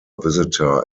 visitor